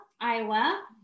Iowa